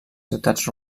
ciutats